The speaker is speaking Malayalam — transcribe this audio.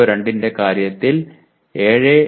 CO2 ന്റെ കാര്യത്തിൽ 7